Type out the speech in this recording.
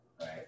Right